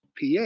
PA